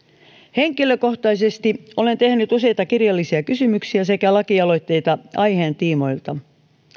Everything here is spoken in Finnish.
henkilökohtaisesti olen tehnyt useita kirjallisia kysymyksiä sekä lakialoitteita aiheen tiimoilta